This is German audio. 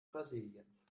brasiliens